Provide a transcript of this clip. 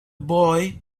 boy